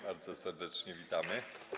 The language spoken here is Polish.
Bardzo serdecznie witamy.